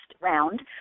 round